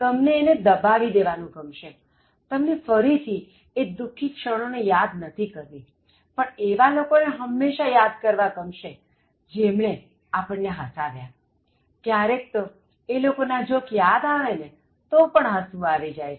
તમને એને દબાવી દેવા નું ગમશેતમને ફરીથી એ દુખી ક્ષણોને યાદ નથી કરવી પણ એવા લોકોને હંમેશા યાદ કરવા ગમશે જેમણે આપણને હસાવ્યા ક્યારેક તો એ લોકોના જોક યાદ આવે તો પણ હસવું આવી જાય છે